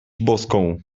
boską